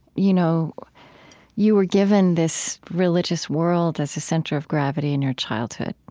you know you were given this religious world as a center of gravity in your childhood,